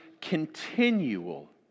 continual